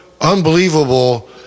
unbelievable